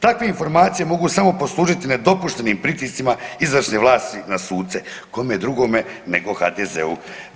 Takve informacije mogu samo poslužiti nedopuštenim pritiscima izvršne vlasti na suce kome drugome nego HDZ-u.